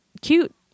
cute